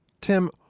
Tim